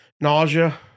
nausea